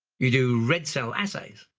you do red cell assays,